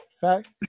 fact